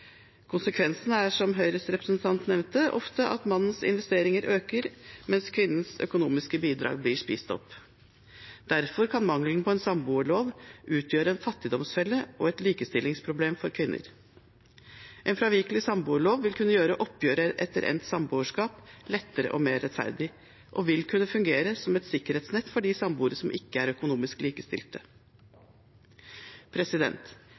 Konsekvensene er, som Høyres representant nevnte, ofte at mannens investeringer øker i verdi, mens kvinnens økonomiske bidrag blir spist opp. Derfor kan mangelen på en samboerlov utgjøre en fattigdomsfelle og et likestillingsproblem for kvinner. En fravikelig samboerlov vil kunne gjøre oppgjøret etter endt samboerskap lettere og mer rettferdig og vil kunne fungere som et sikkerhetsnett for de samboere som ikke er økonomisk